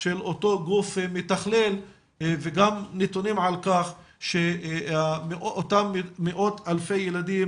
של אותו גוף מתכלל וגם נתונים על כך שאותם מאות-אלפי ילדים